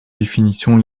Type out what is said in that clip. définition